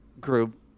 group